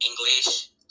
English